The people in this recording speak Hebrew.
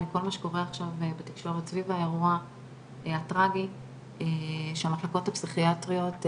מכל מה שקורה עכשיו בתקשורת סביב האירוע הטרגי שהמחלקות הפסיכיאטריות,